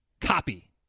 copy